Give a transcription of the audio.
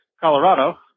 Colorado